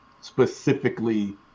specifically